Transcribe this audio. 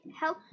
help